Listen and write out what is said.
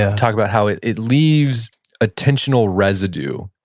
ah talk about how it it leaves attentional residue.